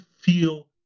feel